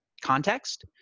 context